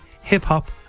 hip-hop